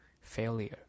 failure